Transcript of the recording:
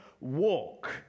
walk